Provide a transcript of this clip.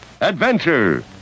adventure